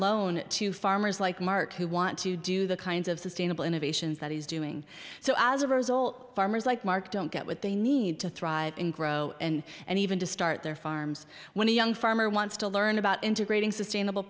loan to farmers like mark who want to do the kinds of sustainable innovations that he's doing so as a result farmers like mark don't get what they need to thrive and grow and and even to start their farms when a young farmer wants to learn about integrating sustainable